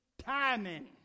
Timing